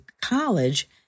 college